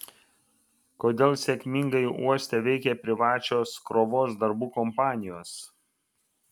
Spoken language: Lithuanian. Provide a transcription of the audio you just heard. kodėl sėkmingai uoste veikia privačios krovos darbų kompanijos